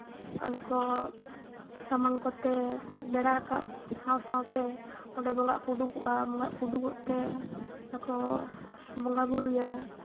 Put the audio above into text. ᱚᱸᱰᱮ ᱠᱚ ᱥᱟᱢᱟᱝ ᱠᱚᱛᱮ ᱥᱮ ᱵᱮᱲᱟ ᱨᱟᱠᱟᱵᱽ ᱥᱟᱶ ᱥᱟᱶᱛᱮ ᱚᱸᱰᱮ ᱵᱚᱸᱜᱟᱜ ᱠᱚ ᱩᱰᱩᱠᱚᱜᱼᱟ ᱵᱚᱸᱜᱟᱜ ᱠᱚ ᱩᱰᱩᱠᱚᱜ ᱛᱮ ᱚᱸᱰᱮ ᱠᱚ ᱵᱚᱸᱜᱟᱼᱵᱩᱨᱩᱭᱟ